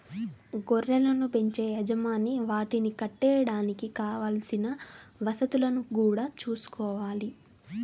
గొర్రెలను బెంచే యజమాని వాటిని కట్టేయడానికి కావలసిన వసతులను గూడా చూసుకోవాలి